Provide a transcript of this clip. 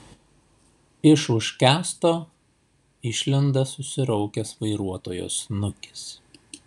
iš už kęsto išlenda susiraukęs vairuotojo snukis